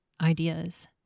ideas